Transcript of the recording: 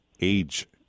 age